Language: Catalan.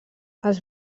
els